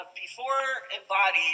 before-embodied